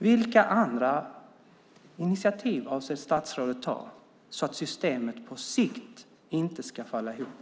Vilka andra initiativ avser statsrådet att ta så att systemet på sikt inte ska falla ihop?